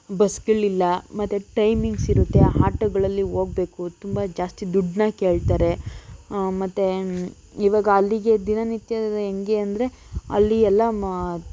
ಬಸ್ಸುಗಳಿಲ್ಲ ಮತ್ತು ಟೈಮಿಂಗ್ಸ್ ಇರುತ್ತೆ ಆಟೋಗಳಲ್ಲಿ ಹೋಗ್ಬೇಕು ತುಂಬ ಜಾಸ್ತಿ ದುಡ್ಡನ್ನು ಕೇಳ್ತಾರೆ ಮತ್ತು ಇವಾಗ ಅಲ್ಲಿಗೆ ದಿನನಿತ್ಯದ ಹೆಂಗೆ ಅಂದರೆ ಅಲ್ಲಿ ಎಲ್ಲ ಮಾ